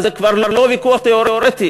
וזה כבר לא ויכוח תיאורטי,